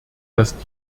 dass